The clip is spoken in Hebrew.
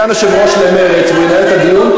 כשיהיה סגן יושב-ראש למרצ הוא ינהל את הדיון,